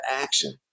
action